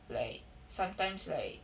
like sometimes like